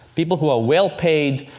people who are well-paid,